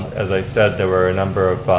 as i said, there were a number of